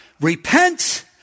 repent